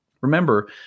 Remember